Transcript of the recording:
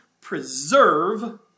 preserve